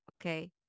okay